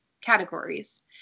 categories